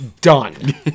done